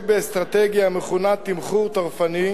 את האסטרטגיה המכונה "תמחור טורפני",